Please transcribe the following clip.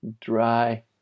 dry